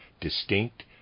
distinct